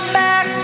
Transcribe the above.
back